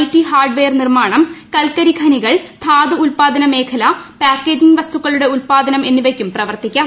T hardware നിർമ്മാണം കൽക്കരി ഖനികൾ ധാതു ഉത്പ്പാദന മേഖല പാക്കേജിംഗ് വസ്തുക്കളുടെ ഉൽപാദനം എന്നിവയ്ക്കും പ്രവർത്തിക്കാം